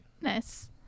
Nice